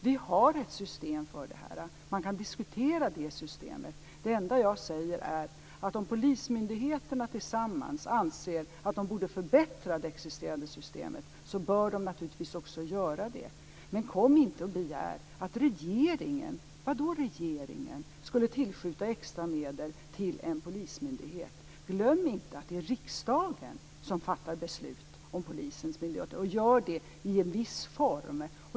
Vi har ett system för detta. Man kan diskutera det systemet. Om polismyndigheterna tillsammans anser att de borde förbättra det existerande systemet bör de naturligtvis också göra det. Men kom inte och begär att regeringen skulle tillskjuta extra medel till en polismyndighet. Vad då regeringen? Glöm inte att det är riksdagen som fattar beslut om polisens myndigheter och gör det i en viss form.